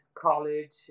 college